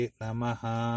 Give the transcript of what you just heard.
namaha